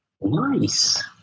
Nice